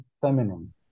feminine